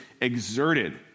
exerted